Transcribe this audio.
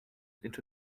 into